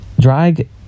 drag